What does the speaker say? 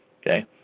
Okay